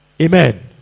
Amen